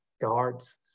guards